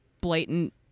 blatant